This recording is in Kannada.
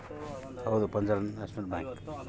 ಪಿ.ಎನ್.ಬಿ ಅಂದ್ರೆ ಪಂಜಾಬ್ ನೇಷನಲ್ ಬ್ಯಾಂಕ್ ಅಂತ